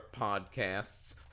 podcasts